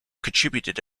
contributed